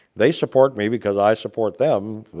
they support me because i support them. but,